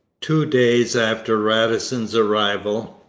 two days after radisson's arrival,